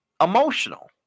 emotional